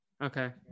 Okay